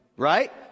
Right